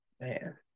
Man